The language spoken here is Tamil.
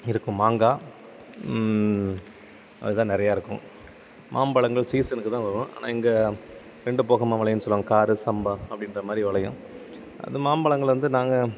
இருக்கும் மாங்காய் அதுதான் நிறையா இருக்கும் மாம்பழங்கள் சீசனுக்குதான் வரும் ஆனால் இங்கே ரெண்டு போகமும் விளையுனு சொல்வாங்க கார சம்பா அப்படின்ற மாதிரி விளையும் அது மாம்பழங்கள வந்து நாங்கள்